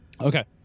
Okay